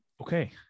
Okay